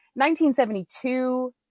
1972